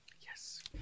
Yes